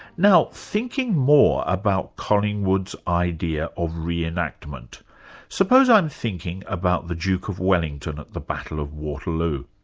now thinking more about collingwood's idea of re-enactment. suppose i'm thinking about the duke of wellington at the battle of waterloo.